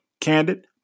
candid